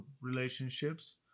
relationships